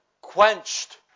quenched